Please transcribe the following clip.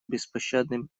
беспощадным